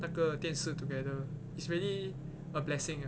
那个电视 together it's really a blessing